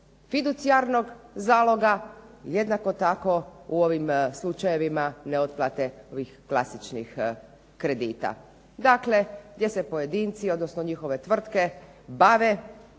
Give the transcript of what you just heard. fiducijarnog zaloga jednako tako u ovim slučajevima ne otplate ovih klasičnih kredita. Dakle, gdje se pojedinci odnosno njihove tvrtke bave